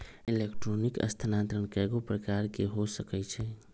electronic स्थानान्तरण कएगो प्रकार के हो सकइ छै